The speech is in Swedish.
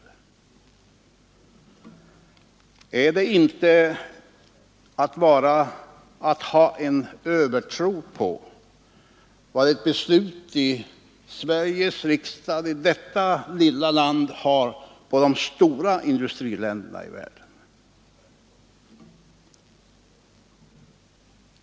Men är det inte att ha en övertro på vad ett beslut i vårt lilla land kan ha för inverkan på de stora industriländerna i världen?